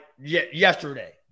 yesterday